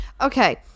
okay